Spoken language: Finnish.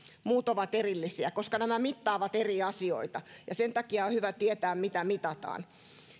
muut ovat erillisiä koska nämä mittaavat eri asioita sen takia on hyvä tietää mitä mitataan